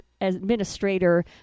administrator